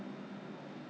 ourselves !huh!